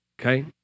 Okay